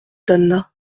d’anna